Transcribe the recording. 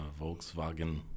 Volkswagen